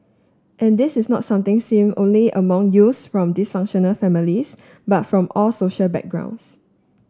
and this is not something seen only among youth from dysfunctional families but from all social backgrounds